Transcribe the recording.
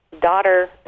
daughter